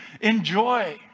Enjoy